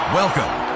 Welcome